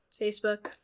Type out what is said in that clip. Facebook